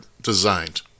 designed